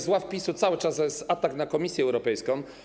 Z ław PiS-u cały czas jest atak na Komisję Europejską.